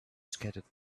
scattered